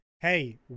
hey